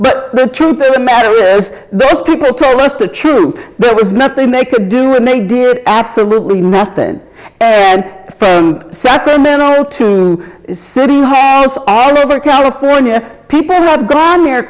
but the truth of the matter is those people tell us the truth there was nothing they could do and they did absolutely nothing and phone sacramento to city hall all over california people have come here